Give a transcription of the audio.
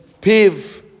pave